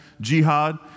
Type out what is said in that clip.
Jihad